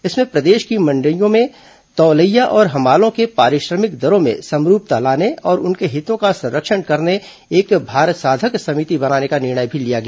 इसमें प्रदेश की मंडियों में तौलैया और हमालों के पारिश्रमिक दरों में समरूपता लाने और उनके हितों का संरक्षण करने एक भारसाधक समिति बनाने का निर्णय लिया गया